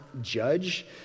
judge